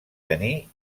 tenir